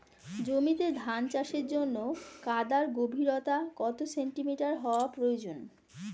জমিতে ধান চাষের জন্য কাদার গভীরতা কত সেন্টিমিটার হওয়া প্রয়োজন?